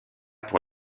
pour